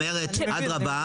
היא אומרת אדרבה,